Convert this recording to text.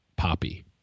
poppy